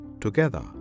together